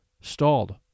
stalled